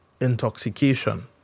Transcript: Intoxication